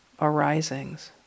arisings